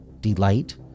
Delight